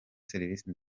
servisi